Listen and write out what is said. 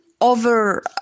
over